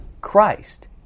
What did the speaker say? Christ